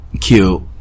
cute